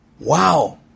Wow